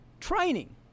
training